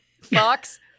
Fox